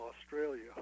Australia